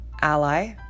ally